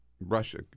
Russia